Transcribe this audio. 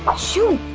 shoo!